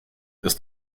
ist